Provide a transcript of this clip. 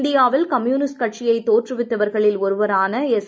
இந்தியாவில் கம்யூனிஸ்ட் கட்சியை தோற்றுவித்தவர்களில் ஒருவரான எஸ்